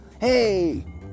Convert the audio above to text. hey